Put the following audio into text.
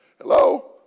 Hello